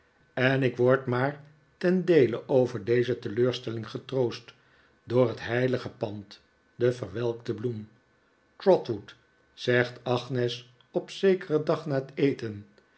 en ik word maar ten deele over deze teleurstelling getroost door het heilige pand de verwelkte bloem trotwood zegt agnes op zekeren dag na het eten